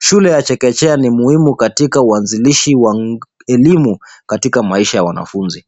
Shule ya chekechea ni muhimu katika uanzilishi wa elimu katika maisha ya wanafunzi.